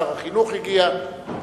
שר החינוך הגיע,